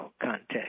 context